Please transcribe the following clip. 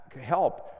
help